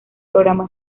programa